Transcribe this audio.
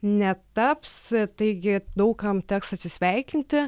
netaps taigi daug kam teks atsisveikinti